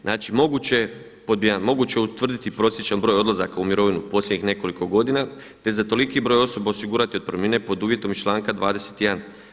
Znači moguće je, pod 1, moguće je utvrditi prosječan broj odlazaka u mirovinu posljednjih nekoliko godina te za toliki broj osoba osigurati otpremnine pod uvjetom iz članka 21.